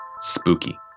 spooky